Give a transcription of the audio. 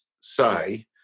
say